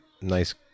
nice